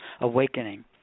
awakening